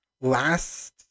Last